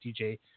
dj